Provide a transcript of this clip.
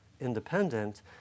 independent